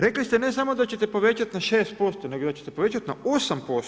Rekli ste ne samo da ćete povećati na 6%, nego da ćete povećati na 8%